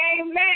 amen